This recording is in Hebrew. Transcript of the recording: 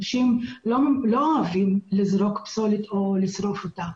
האנשים לא אוהבים לזרוק פסולת או לשרוף אותה,